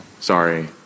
sorry